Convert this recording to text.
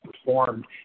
performed